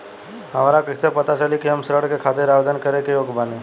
हमरा कइसे पता चली कि हम ऋण के खातिर आवेदन करे के योग्य बानी?